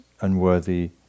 unworthy